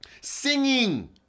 Singing